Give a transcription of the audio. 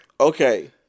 Okay